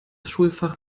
schulfach